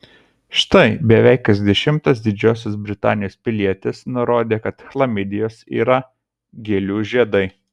štai beveik kas dešimtas didžiosios britanijos pilietis nurodė kad chlamidijos yra gėlių žiedai